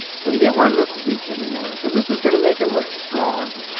so he didn't want to look weak anymore. so this was going to make him look strong.